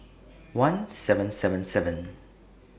one seven seven seven